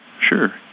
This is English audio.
Sure